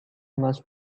must